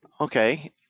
Okay